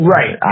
Right